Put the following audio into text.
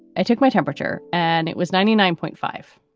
i took my temperature and it was ninety nine point five.